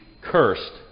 cursed